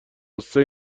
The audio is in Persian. غصه